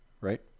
right